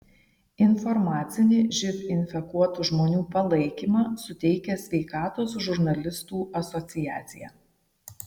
informacinį živ infekuotų žmonių palaikymą suteikia sveikatos žurnalistų asociacija